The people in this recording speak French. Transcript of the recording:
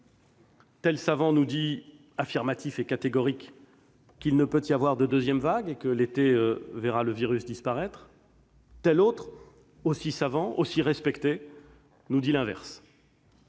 Tel savant, affirmatif et catégorique, nous dit qu'il ne peut y avoir de deuxième vague et que l'été verra le virus disparaître ; tel autre, aussi savant et respecté, nous dit l'inverse.